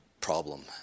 problem